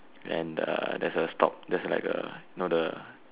then the there's a stalk there's like a you know the